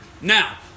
Now